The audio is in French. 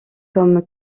comme